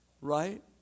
Right